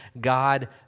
God